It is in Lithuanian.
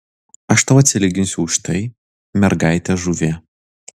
aš tau atsilyginsiu už tai mergaite žuvie